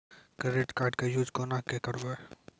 Credit card के use कोना के करबऽ?